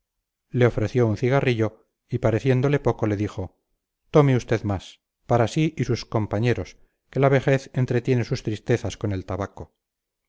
le ofreció un cigarrillo y pareciéndole poco le dijo tome usted más para sí y sus compañeros que la vejez entretiene sus tristezas con el tabaco